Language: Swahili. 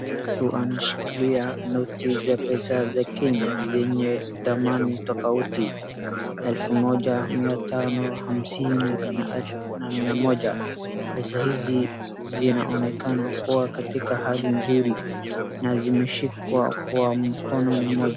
Mtu anashiilia noti za pesa za kenya zenye dhamani tofauti, elfu moja, mia tano, hamsini na mia moja. Pesa hizi zinaonekana kuwa katika hali nzuri na zimeshikwa kwa mkono mmoja